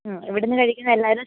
ഇവിടുന്ന് കഴിക്കുന്ന എല്ലാവരും